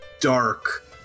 dark